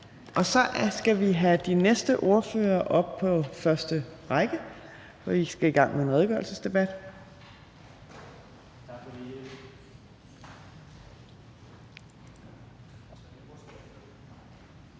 Så skal vi have de næste ordførere op på første række, for vi skal i gang med en redegørelsesdebat. --- Det